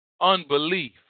unbelief